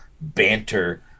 banter